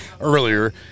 earlier